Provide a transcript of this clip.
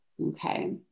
Okay